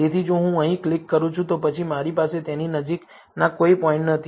તેથી જો હું અહીં ક્લિક કરું છું તો પછી મારી પાસે તેની નજીકના કોઈ પોઇન્ટ નથી